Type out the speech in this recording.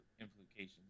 implications